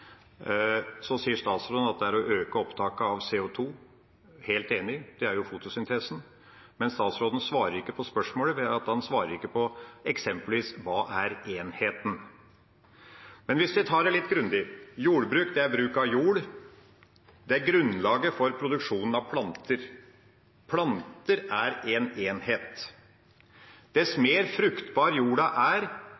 sier at det er å øke opptaket av CO 2 – helt enig, det er fotosyntesen – men statsråden svarer ikke på spørsmålet, ved at han ikke svarer på eksempelvis hva enheten er. Hvis vi tar det litt grundig: Jordbruk er bruk av jord. Det er grunnlaget for produksjonen av planter. Planter er én enhet.